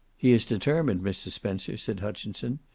he is determined, mr. spencer, said hutchinson.